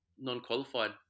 non-qualified